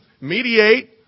mediate